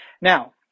Now